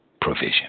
provision